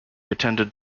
attended